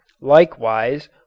Likewise